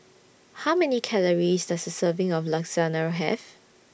How Many Calories Does A Serving of Lasagna Have